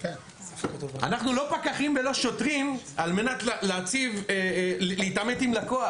אנחנו לא פקחים ולא שוטרים על מנת להתעמת עם לקוח,